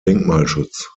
denkmalschutz